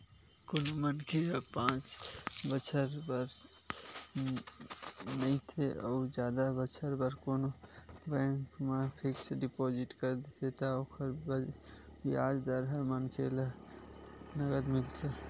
कोनो मनखे ह पाँच बछर बर नइते अउ जादा बछर बर कोनो बेंक म फिक्स डिपोजिट कर देथे त ओकर बियाज दर ह मनखे ल नँगत मिलथे